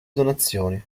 donazioni